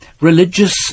religious